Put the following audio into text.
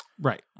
Right